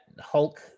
hulk